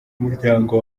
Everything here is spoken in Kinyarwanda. umuryango